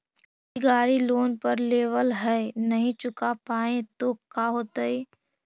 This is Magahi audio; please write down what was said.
कोई गाड़ी लोन पर लेबल है नही चुका पाए तो का होतई?